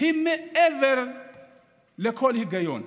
היא מעבר לכל היגיון.